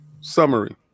summary